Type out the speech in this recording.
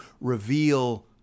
reveal